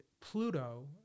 pluto